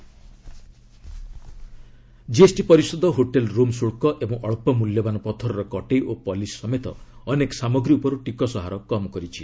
GST GST ପରିଷଦ hotel room ଶୁଳ୍କ ଓ ଅକ୍ଷ ମୂଲ୍ୟବାନ୍ ପଥରର କଟେଇ ଓ ପଲିସ୍ ସମେତ ଅନେକ ସାମଗ୍ରୀ ଉପର୍ ଟିକସ ହାର କମ୍ କରିଛି